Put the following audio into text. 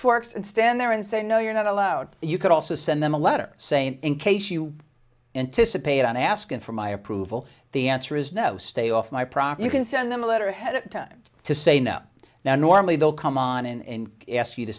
forks and stand there and say no you're not allowed you could also send them a letter saying in case you anticipate on asking for my approval the answer is no stay off my property can send them a letter ahead of time to say no now normally they'll come on in ask you to